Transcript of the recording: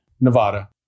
Nevada